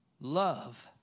Love